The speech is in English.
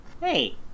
Hey